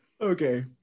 okay